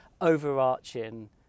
overarching